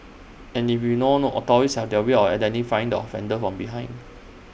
and we all know authorities have their way of identifying the offender from behind